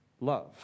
love